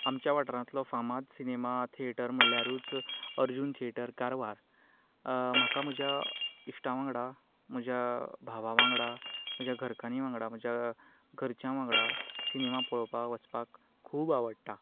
आमच्या वाठारांतलो फामाद सिनेमा थिएटर म्हळ्यारूच अर्जून थिएटर कारवार म्हाका म्हज्या इश्टां वांगडा म्हज्या भावा वांगडा म्हज्या घरकान्नी वांगडा म्हज्या घरच्या वांगडा सिनेमा पळोवपाक वचपाक खूब आवडटा